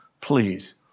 please